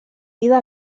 vida